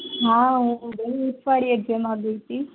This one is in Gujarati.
હા હું માં ગઈતી